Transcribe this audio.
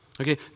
Okay